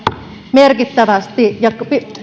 merkittävästi ja